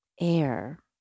air